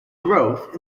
growth